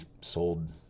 sold